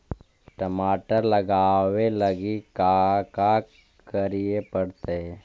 टमाटर लगावे लगी का का करये पड़तै?